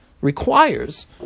requires